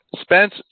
Spence